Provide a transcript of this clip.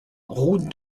route